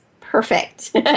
Perfect